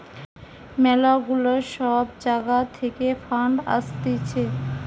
ম্যালা গুলা সব জাগা থাকে ফান্ড আসতিছে